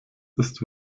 ist